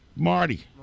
Marty